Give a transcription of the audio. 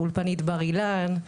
אולפנת בר אילן,